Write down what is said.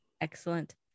Excellent